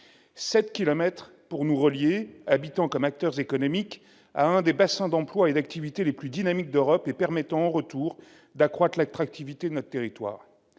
pour nous relier, habitants comme acteurs économiques, à un des bassins d'emplois et d'activités les plus dynamiques d'Europe et permettant, en retour, d'accroître l'attractivité de notre territoire.